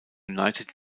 united